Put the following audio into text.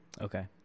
Okay